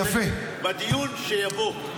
זה בדיון שיבוא.